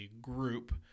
group